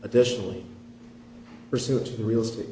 additionally pursuant to the real estate